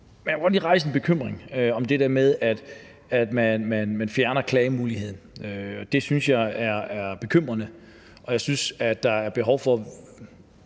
godt lige rejse en bekymring om det her med, at man fjerner klagemuligheden. Det synes jeg er bekymrende, og jeg synes, at der er behov for,